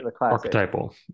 archetypal